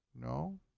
No